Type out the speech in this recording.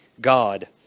God